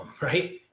Right